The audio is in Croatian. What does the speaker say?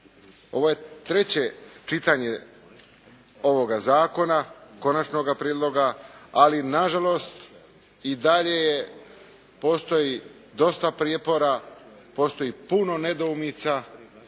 Ovo je treće čitanje ovoga Zakona, Konačnoga prijedloga, ali na žalost i dalje je postoji dosta prijepora, postoji puno nedoumica